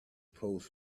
post